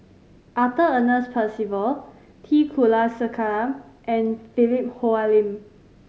Arthur Ernest Percival T Kulasekaram and Philip Hoalim